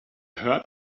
heard